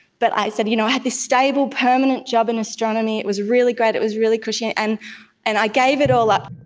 but i said you know i had this stable, permanent job in astronomy, it was really great, it was really cushy, and and and i gave it all up.